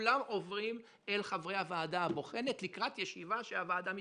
כולן עוברות אל חברי הוועדה הבוחנת לקראת ישיבה שהוועדה מתכנסת.